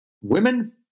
women